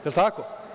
Je li tako?